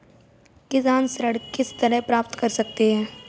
किसान ऋण किस तरह प्राप्त कर सकते हैं?